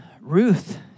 Ruth